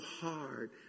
hard